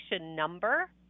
number